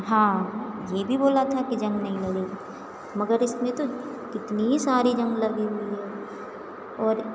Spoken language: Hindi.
हाँ यह भी बोला था कि जंग नहीं लगेगा मगर इसमें तो इतनी सारी जंग लगी हुई है और